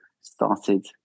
started